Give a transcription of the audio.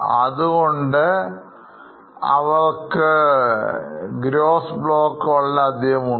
അതുകൊണ്ട് അവർക്ക് gross blockവളരെ അധികം ഉണ്ട്